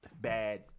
bad